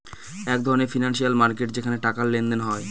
এক ধরনের financial market যেখানে টাকার লেনদেন হয়